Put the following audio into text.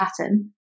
pattern